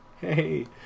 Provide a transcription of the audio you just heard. hey